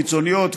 קיצוניות,